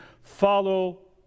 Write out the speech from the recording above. follow